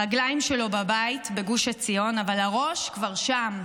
הרגליים שלו בבית, בגוש עציון, אבל הראש כבר שם,